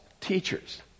teachers